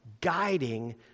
guiding